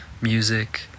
music